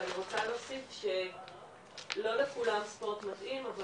ואני רוצה להוסיף שלא לכולם ספורט מתאים אבל